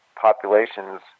populations